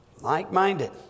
Like-minded